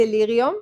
דליריום,